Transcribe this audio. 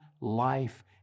life